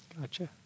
Gotcha